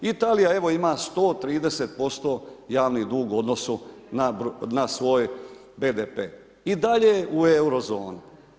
Italija, evo, ima 130% javni dug u odnosu na svoj BDP i dalje je u Eurozoni.